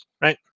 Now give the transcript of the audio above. right